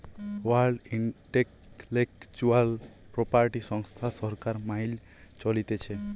world intellectual property সংস্থা সরকার মাইল চলতিছে